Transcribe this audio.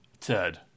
Ted